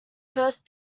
first